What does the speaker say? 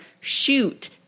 shoot